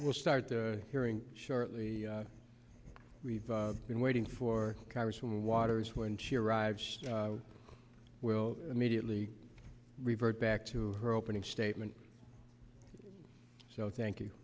we'll start hearing shortly we've been waiting for congresswoman waters when she arrives will immediately revert back to her opening statement so thank you